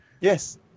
Yes